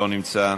לא נמצא.